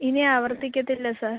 ഇനി ആവർത്തിക്കത്തില്ല സാർ